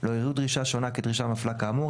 לא יראו דרישה שונה כדרישה מפלה כאמור,